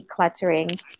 decluttering